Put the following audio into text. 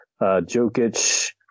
Jokic